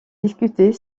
discuter